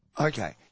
Okay